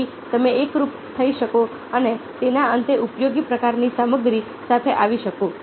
તેથી તમે એકરૂપ થઈ શકો અને તેના અંતે ઉપયોગી પ્રકારની સામગ્રી સાથે આવી શકો